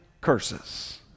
curses